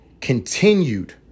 continued